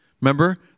remember